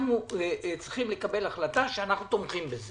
אנחנו צריכים לקבל החלטה שאנחנו תומכים בזה.